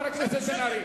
חבר הכנסת בן-ארי.